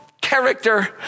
character